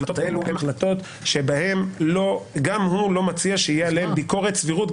ההחלטות האלו הן החלטות בהן גם הוא לא מציע שתהיה עליהן ביקורת סבירות,